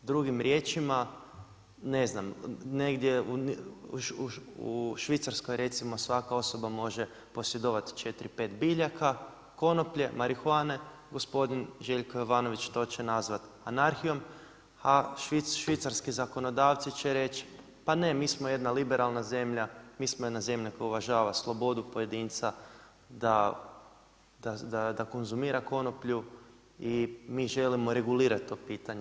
Drugim riječima ne znam, negdje u Švicarskoj recimo svaka osoba može posjedovat 4, 5 biljaka konoplje, marihuane, gospodin Željko Jovanović to će nazvat anarhijom, a švicarski zakonodavci će reći, pa ne mi smo jedna liberalna zemlja, mi smo jedna zemlja koja uvažava slobodu pojedinca da konzumira konoplju i mi želimo regulirati to pitanje.